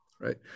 right